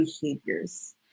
behaviors